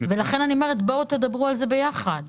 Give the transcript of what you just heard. לכן אני אומרת: תדברו על זה יחד.